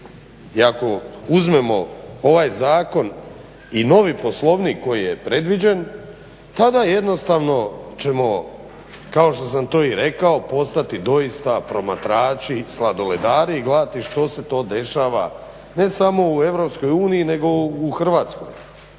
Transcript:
I ako uzmemo ovaj zakon i novi Poslovnik koji je predviđen tada jednostavno ćemo kao što sam to i rekao postati doista promatrači sladoledari i gledati što se to dešava ne samo u EU nego u Hrvatskoj,